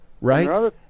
right